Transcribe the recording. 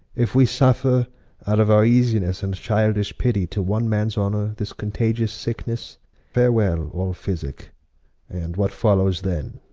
if we suffer out of our easinesse and childish pitty to one mans honour, this contagious sicknesse farewell all physicke and what followes then?